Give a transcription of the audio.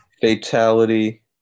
fatality